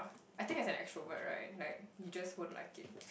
I think as an extrovert right like you just won't like it